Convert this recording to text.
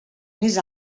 més